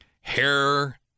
hair